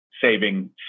saving